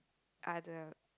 other